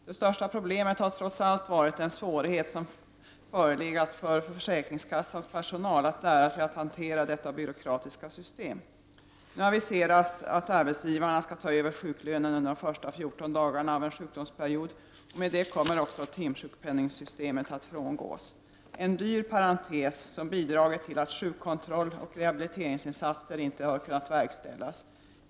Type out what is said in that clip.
Det största problemet har trots allt varit den svårighet som förelegat för försäkringskassans personal att lära sig att hantera detta byråkratiska system. Nu aviseras att arbetsgivarna skall ta över sjuklönen under de första 14 dagarna av en sjukdomsperiod. Därmed kommer också timsjukpenningssystemet att frångås. Systemet har varit en dyr parentes, som bidragit till att sjukkontroll och rehabiliteringsinsatser inte har kunnat genomföras.